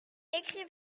écrivez